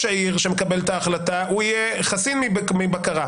העיר שמקבל את ההחלטה יהיה חסין מבקרה,